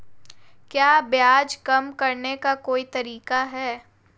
क्या ब्याज कम करने का कोई तरीका है?